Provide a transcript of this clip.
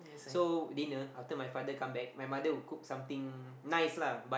so dinner after my father come back my mother will cook something nice lah but